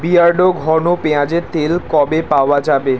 Beardo ঘন পেঁয়াজের তেল কবে পাওয়া যাবে